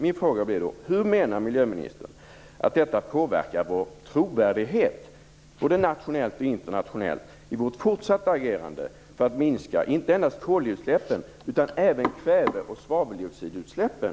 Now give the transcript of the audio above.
Min fråga är då: Hur menar miljöministern att detta påverkar vår trovärdighet, både nationellt och internationellt, i vårt fortsatta agerande för att minska inte endast koldioxidutsläppen utan även kväve och svaveldioxidutsläppen?